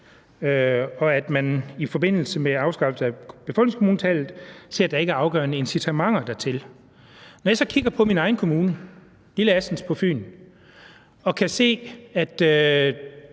og at man i forbindelse med afskaffelse af betalingskommunetallet ser, at der ikke er afgørende incitamenter dertil. Når jeg så kigger på min egen kommune, Assens på Fyn, og kan se, at